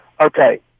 okay